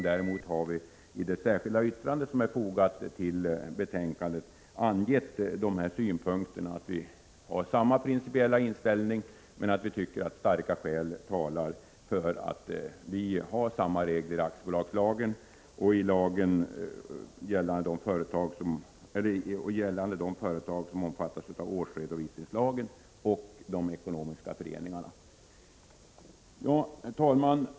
Däremot har vi i det särskilda yttrande som är fogat till betänkandet angett våra synpunkter: att vi fortfarande har samma principiella inställning, men tycker att starka skäl talar för att ha samma regler i aktiebolagslagen och för de företag som omfattas av årsredovisningslagen som för de ekonomiska föreningarna. Herr talman!